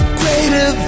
greater